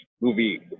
movie